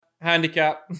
Handicap